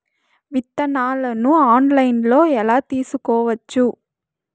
విత్తనాలను ఆన్లైన్లో ఎలా తీసుకోవచ్చు